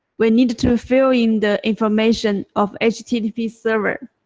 we need to to fill in the information of http server.